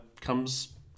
comes